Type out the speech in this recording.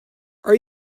are